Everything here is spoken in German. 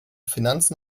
finanzen